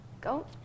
Go